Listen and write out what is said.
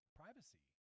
privacy